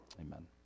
Amen